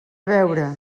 veure